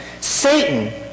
Satan